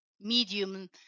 medium